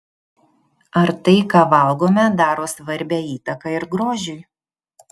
ar tai ką valgome daro svarbią įtaką ir grožiui